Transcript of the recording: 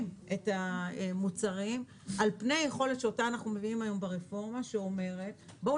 את המוצרים על פני היכולת שאותה אנחנו מביאים היום ברפורמה שאומרת בואו